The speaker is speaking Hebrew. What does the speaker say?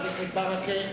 חבר הכנסת ברכה,